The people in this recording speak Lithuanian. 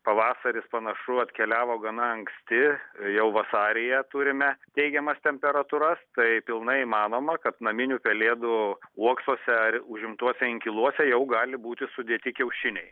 pavasaris panašu atkeliavo gana anksti jau vasaryje turime teigiamas temperatūras taip pilnai įmanoma kad naminių pelėdų uoksuose ar užimtuose inkiluose jau gali būti sudėti kiaušiniai